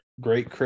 great